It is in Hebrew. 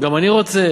גם אני רוצה.